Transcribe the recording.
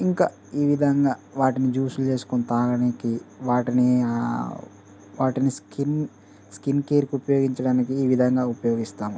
ఇంకా ఈ విధంగా వాటిని జ్యూస్లు చేసుకొని తాగడానికి వాటిని వాటిని స్కిన్ స్కిన్ కేర్కు ఉపయోగించడానికి ఈ విధంగా ఉపయోగిస్తాము